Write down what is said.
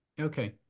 Okay